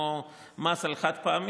כמו המס על החד-פעמי,